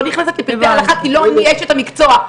אני לא נכנסת לפרטי הלכה כי לא אני אשת המקצוע,